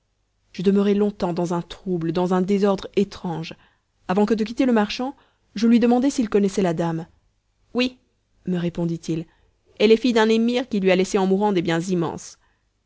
je demeurai longtemps dans un trouble dans un désordre étrange avant que de quitter le marchand je lui demandai s'il connaissait la dame oui me répondit-il elle est fille d'un émir qui lui a laissé en mourant des biens immenses